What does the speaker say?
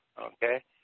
Okay